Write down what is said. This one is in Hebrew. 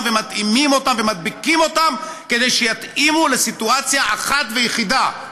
ומתאימים אותם ומדביקים אותם כדי שיתאימו לסיטואציה אחת ויחידה: